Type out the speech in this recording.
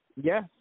Yes